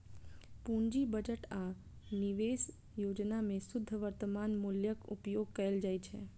पूंजी बजट आ निवेश योजना मे शुद्ध वर्तमान मूल्यक उपयोग कैल जाइ छै